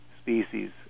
species